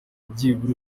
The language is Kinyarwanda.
byibura